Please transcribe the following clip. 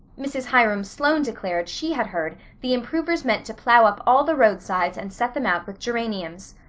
mrs. hiram sloane declared she had heard the improvers meant to plough up all the roadsides and set them out with geraniums.